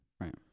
Right